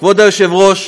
כבוד היושב-ראש,